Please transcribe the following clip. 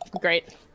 Great